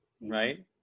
right